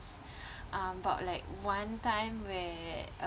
um about like one time where